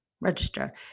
Register